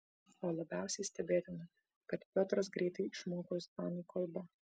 o labiausiai stebėtina kad piotras greitai išmoko ispanų kalbą